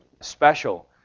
special